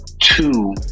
two